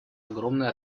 огромная